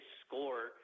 score